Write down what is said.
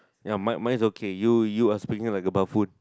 ya mine mine is okay you you are speaking like a barefoot